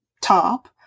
top